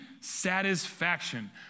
satisfaction